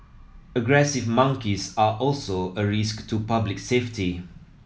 aggressive monkeys are also a risk to public safety